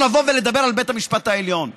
תבקשי הודעה אישית,